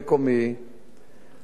ובאמת,